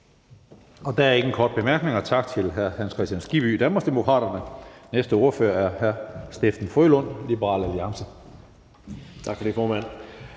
Der er ingen korte bemærkninger. Tak til hr. Hans Kristian Skibby, Danmarksdemokraterne. Næste ordfører er hr. Steffen W. Frølund, Liberal Alliance. Kl. 23:02 (Ordfører)